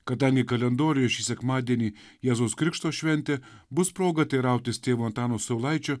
kadangi kalendoriuje šį sekmadienį jėzaus krikšto šventė bus proga teirautis tėvo antano saulaičio